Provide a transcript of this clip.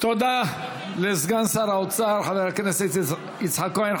תודה לסגן שר האוצר חבר הכנסת יצחק כהן.